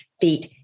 feet